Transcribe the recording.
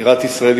בירת ישראל,